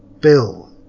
Bill